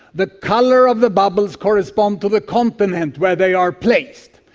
the colour of the bubbles correspond to the continent where they are placed,